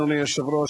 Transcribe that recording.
אדוני היושב-ראש,